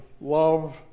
love